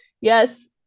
yes